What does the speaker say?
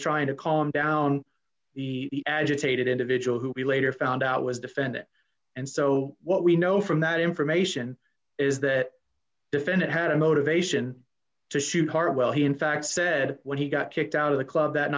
trying to calm down the agitated individual who he later found out was defendant and so what we know from that information is that defendant had a motivation to shoot harwell he in fact said when he got kicked out of the club that